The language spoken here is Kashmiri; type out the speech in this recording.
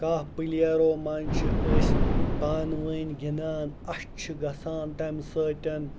کاہہ پٕلیرو منٛز چھِ أسۍ پانہٕ ؤنۍ گِنٛدان اَسہِ چھِ گژھان تَمہِ سۭتۍ